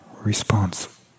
response